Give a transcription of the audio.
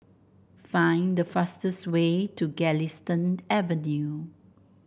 find the fastest way to Galistan Avenue